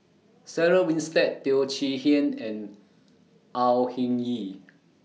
Sarah Winstedt Teo Chee Hean and Au Hing Yee